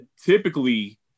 typically